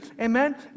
Amen